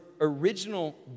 original